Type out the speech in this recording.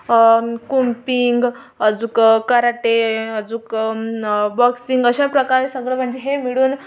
कुंपिंग आजुक कराटे आजुक न बॉक्सिंग अशाप्रकारे सगळं म्हणजे हे मिळून